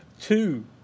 two